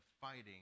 fighting